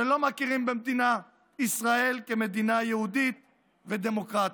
שלא מכירים במדינת ישראל כמדינה יהודית ודמוקרטית.